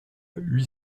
huit